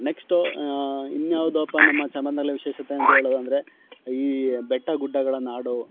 next ಇನ್ಯಾವುದಪ್ಪ ನಮ್ಮ ಚಾಮರಾಜನಗರಲ್ಲಿ ವಿಶೇಷತೆ ಅಂತ ಹೇಳೋದೆಂದ್ರೆ ಈ ಬೆಟ್ಟ ಗುಡ್ಡಗಳ ನಾಡು